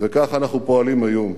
וכך אנחנו פועלים היום.